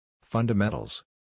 Fundamentals